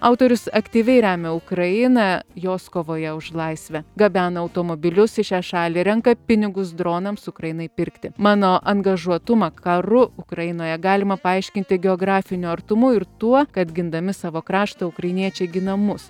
autorius aktyviai remia ukrainą juos kovoje už laisvę gabena automobilius į šią šalį renka pinigus dronams ukrainai pirkti mano angažuotumą karu ukrainoje galima paaiškinti geografiniu artumu ir tuo kad gindami savo kraštą ukrainiečiai gina mus